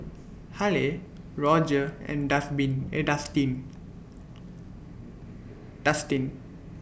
Halle Roger and A Dustin Dustin